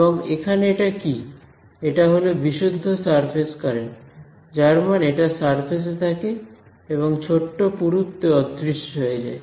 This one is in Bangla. এবং এখানে এটা কি এটা হল বিশুদ্ধ সারফেস কারেন্ট যার মানে এটা সারফেসে থাকে এবং ছোট্ট পুরুত্বে অদৃশ্য হয়ে যায়